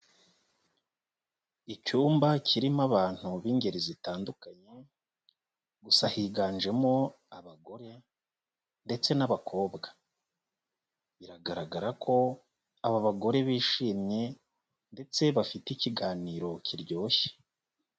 Icyumba kirimo abantu b'ingeri zitandukanye, gusa higanjemo abagore ndetse n'abakobwa, biragaragara ko aba bagore bishimye ndetse bafite ikiganiro kiryoshye.